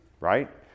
right